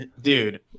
Dude